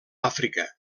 àfrica